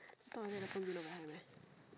no one let the phone below behind meh